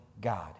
God